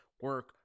Work